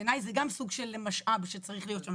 בעיניי זה גם סוג של משאב שצריך להיות.